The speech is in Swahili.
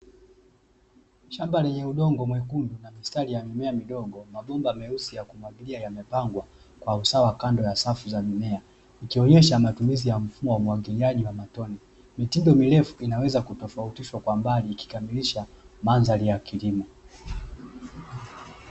Shamba lenye udongo mwekundu na mistari ya mimea midogo mabomba meusi yamepangwa kwa mfumo wa umwagiliaji mitindo mirefu imepangwa ikionyesha mandhari ya kilimo